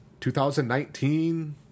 2019